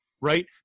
right